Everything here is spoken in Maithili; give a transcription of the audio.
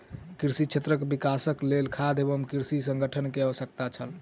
कृषि क्षेत्रक विकासक लेल खाद्य एवं कृषि संगठन के आवश्यकता छल